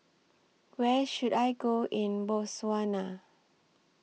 Where should I Go in Botswana